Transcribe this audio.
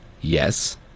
Yes